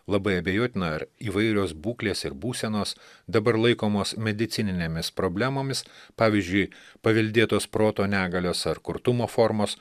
labai abejotina ar įvairios būklės ir būsenos dabar laikomos medicininėmis problemomis pavyždžiui paveldėtos proto negalios ar kurtumo formos